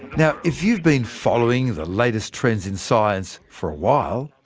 now if you've been following the latest trends in science for a while,